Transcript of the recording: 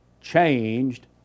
changed